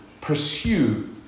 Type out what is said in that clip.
pursue